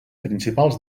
principals